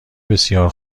بسیار